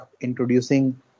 introducing